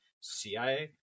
CIA